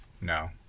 no